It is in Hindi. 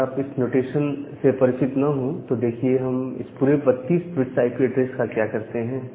अगर इस आप इस नोटेशन से परिचित ना हो तो देखिए हम इस पूरे 32 बिट्स आईपी एड्रेस का क्या करते हैं